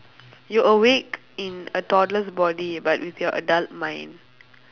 you awake in a toddler's body but with your adult mind